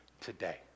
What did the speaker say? today